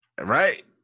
right